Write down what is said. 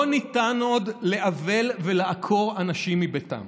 לא ניתן עוד לעוול ולעקור אנשים מביתם